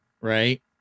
right